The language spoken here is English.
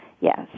Yes